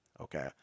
okay